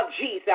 Jesus